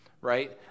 right